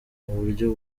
buryo